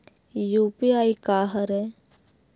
UPI का हरय?